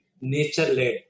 nature-led